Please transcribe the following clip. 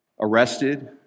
arrested